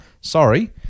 Sorry